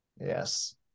Yes